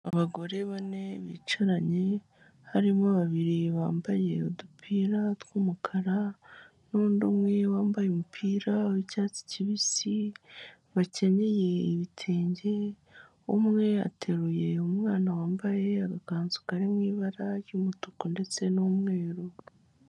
Abagore bane bicaranye harimo babiri bambaye udupira tw'umukara n'undi umwe wambaye umupira wicyatsi kibisi bakenyeye ibitenge, umwe ateruye umwana wambaye agakanzu kari mu ibara ry'umutuku ndetse n'umweru.